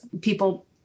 people